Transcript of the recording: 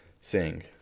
sing